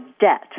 debt